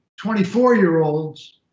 24-year-old's